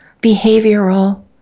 behavioral